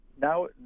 Now